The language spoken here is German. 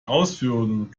ausführungen